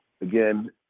Again